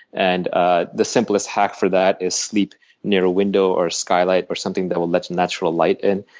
and ah the simplest hack for that is sleep near a window or a skylight or something that will let natural light in.